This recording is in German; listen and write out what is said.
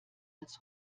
als